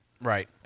Right